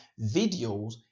videos